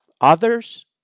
Others